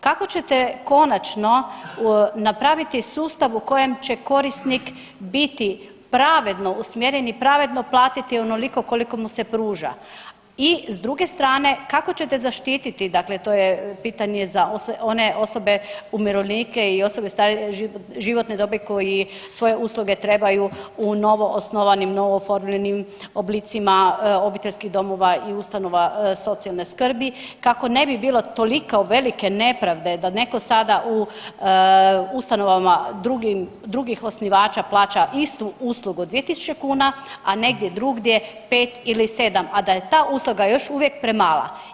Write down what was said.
Kako ćete konačno napraviti sustav u kojem će korisnik biti pravedno usmjeren i pravedno platiti onoliko koliko mu se pruža i s druge strane, kako ćete zaštititi, dakle to je pitanje za one osobe umirovljenike i osobe starije životne dobi koji svoje usluge trebaju u novoosnovanim, novooformljenim oblicima obiteljskih domova i ustanova socijalne skrbi kako ne bi bilo toliko velike nepravde, da netko sada u ustanovama drugih osnivača plaća istu uslugu 2000 kuna, a negdje drugdje 5 ili 7, a da je ta usluga još uvijek premala?